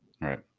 Right